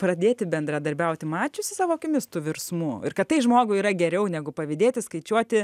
pradėti bendradarbiauti mačiusi savo akimis tų virsmų ir kad tai žmogui yra geriau negu pavydėti skaičiuoti